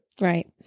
right